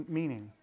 meaning